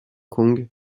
kong